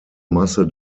masse